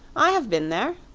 i have been there,